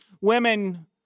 women